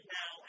now